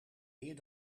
meer